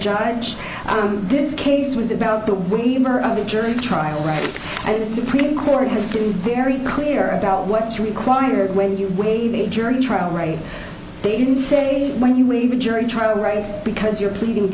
judge on this case was about the when the jury trial right and the supreme court has been very clear about what's required when you waive a jury trial right they didn't say when you leave a jury trial right because you're pleading